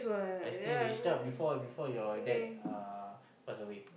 I think it's not before before your dad uh passed away